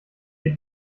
wir